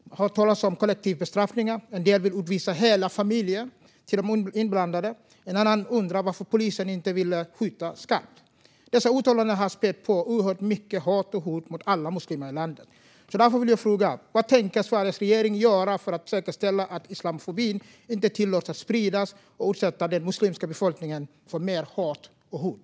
Vi hör talas om kollektiva bestraffningar, och en del vill utvisa hela familjer till de inblandade. En annan undrar varför polisen inte ville skjuta skarpt. Dessa uttalanden har spätt på oerhört mycket hat och hot mot alla muslimer i landet. Därför vill jag fråga: Vad tänker Sveriges regering göra för att säkerställa att islamofobin inte tillåts att spridas och utsätta den muslimska befolkningen för mer hat och hot?